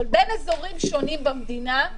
אבל בין אזורים שונים במדינה,